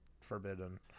forbidden